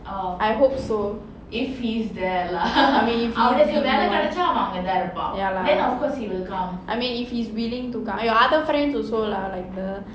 I hope so I mean if he if he wants ya lah I mean if he's willing to like your other friends also lah like the